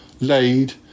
Laid